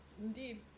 Indeed